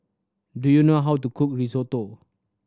do you know how to cook Risotto